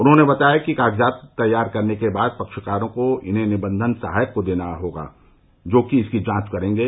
उन्होंने बताया कि कागजात तैयार करने के बाद पक्षकारों को इन्हें निबंधन सहायक को देना होगा जोकि इसकी जांच करेंगे